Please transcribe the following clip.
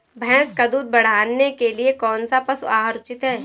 भैंस का दूध बढ़ाने के लिए कौनसा पशु आहार उचित है?